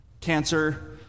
cancer